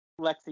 Lexi